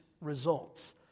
results